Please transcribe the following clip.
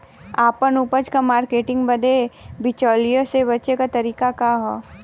आपन उपज क मार्केटिंग बदे बिचौलियों से बचे क तरीका का ह?